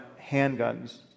handguns